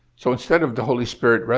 so instead of the holy spirit,